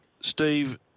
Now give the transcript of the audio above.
Steve